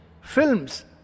films